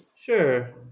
Sure